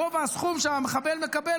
גובה הסכום שהמחבל מקבל,